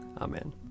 Amen